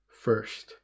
first